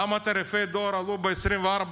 למה תעריפי הדואר עלו ב-24%?